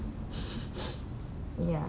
ya